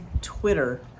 Twitter